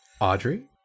audrey